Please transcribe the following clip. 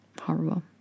horrible